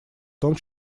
том